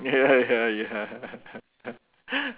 ya ya